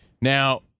Now